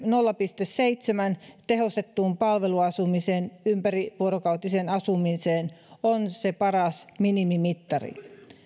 nolla pilkku seitsemään tehostettuun palveluasumiseen ympärivuorokautiseen asumiseen on se paras minimimittari